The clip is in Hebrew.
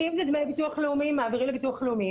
אם זה דמי ביטוח לאומי מעבירים לביטוח לאומי,